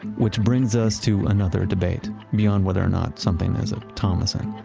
which brings us to another debate beyond whether or not something is a thomasson.